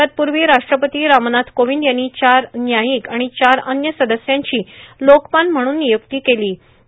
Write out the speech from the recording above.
तत्पूर्वी राष्ट्रपती रामनाथ कोविंद यांनी चार व्यायिक आणि चार अन्य सदस्यांची लोकपाल म्हणून नियुक्ती केली होती